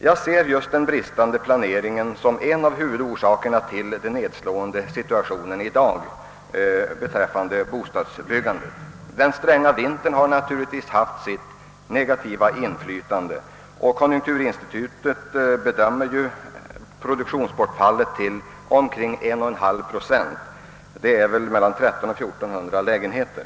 Jag ser just den bristande planeringen som en av huvudorsakerna till den nedslående situationen i dag för bostadsbyggandet. Den stränga vintern har naturligtvis haft sitt negativa inflytande. Konjunkturinstitutet bedömer produktionsbortfallet till omkring 1!/2 procent, motsvarande mellan 1300 och 1400 lägenheter.